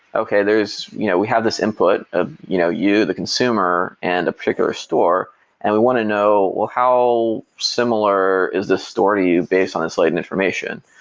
okay there's you know we have this input of ah you know you the consumer and a particular store and we want to know, well how similar is the store to you based on its latent information.